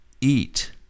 eat